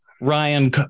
Ryan